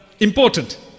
Important